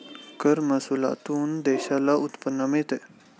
कर महसुलातून देशाला उत्पन्न मिळते